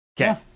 Okay